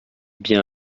bien